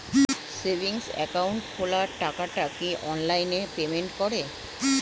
Savings account খোলা টাকাটা কি অনলাইনে পেমেন্ট করে?